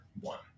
one